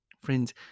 Friends